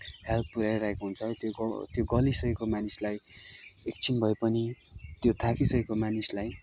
help पुऱ्याइरहेको हुन्छ त्यो ग त्यो गलिसकेको मानिसलाई एकछिन भए पनि त्यो थाकिसकेको मानिसलाई